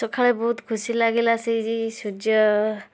ସକାଳେ ବହୁତ ଖୁସିଲାଗିଲା ସେଇ ସୂର୍ଯ୍ୟ